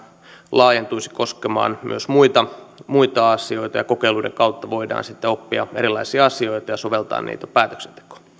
laajentuisi koskemaan myös muita muita asioita ja kokeiluiden kautta voidaan sitten oppia erilaisia asioita ja soveltaa niitä päätöksentekoon